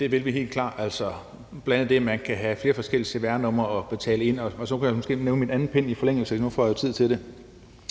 Det vil vi helt klart, bl.a. det med, at man kan have flere forskellige cvr-numre at betale ind til. Og så kan jeg måske nævne min anden pind i forlængelse af det, for nu har jeg jo tid til det.